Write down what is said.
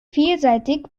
vielseitig